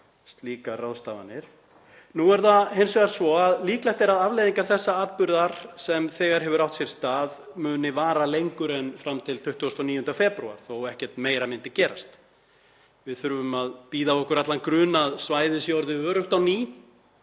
slíkar ráðstafanir. Nú er það hins vegar svo að líklegt er að afleiðingar þessa atburðar sem þegar hefur átt sér stað muni vara lengur en fram til 29. febrúar þótt ekkert meira myndi gerast. Við þurfum að bíða af okkur allan grun um að svæðið sé orðið öruggt á ný.